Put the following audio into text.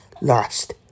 lost